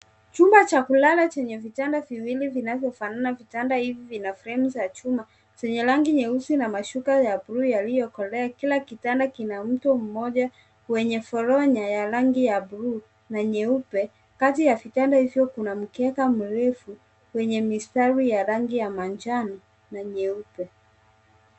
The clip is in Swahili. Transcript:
Chumba cha kulala chenye vitanda viwili vinavyofanana. Vitanda hivi vina fremu za chuma zenye rangi nyeusi na mashuka ya buluu yaliyokolea. Kila kitanda kina mto mmoja wenye foronya ya Rangi ya buluu na nyeupe, kati ya vitanda hivyo kuna mikeka mirefu wenye mistari ya rangi ya manjano na meupe.